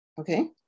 Okay